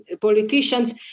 politicians